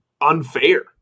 unfair